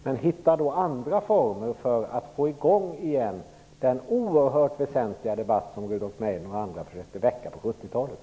Men hitta då andra former för att åter få i gång den oerhört väsentliga debatt som Rudolf Meidner och andra försökte väcka på 70-talet.